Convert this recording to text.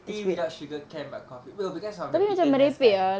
tea without sugar can but coffee oh because of the bitterness kan